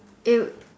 it would